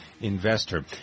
investor